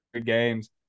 games